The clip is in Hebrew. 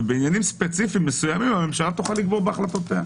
ובעניינים ספציפיים מסוימים הממשלה תוכל לקבוע בהחלטותיה.